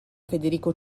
federico